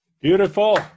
Beautiful